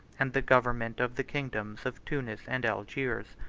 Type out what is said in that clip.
and the government of the kingdoms of tunis and algiers.